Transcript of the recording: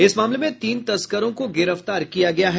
इस मामले में तीन तस्करों को गिरफ्तार किया गया है